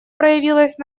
проявилась